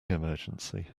emergency